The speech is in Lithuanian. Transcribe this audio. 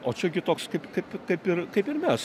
o čia gi toks kaip kaip kaip ir kaip ir mes